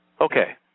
Okay